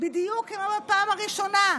בדיוק כמו בפעם הראשונה,